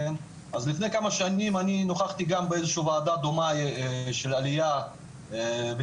אז לפני כמה שנים אני נוכחתי גם באיזושהי וועדה דומה של עלייה בתפוצות,